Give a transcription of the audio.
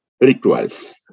rituals